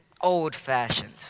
old-fashioned